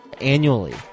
annually